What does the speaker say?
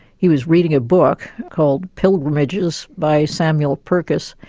he was reading a book called pilgrimages by samuel purchas,